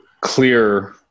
clear